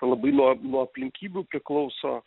labai nuo nuo aplinkybių priklauso